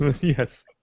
Yes